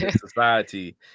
society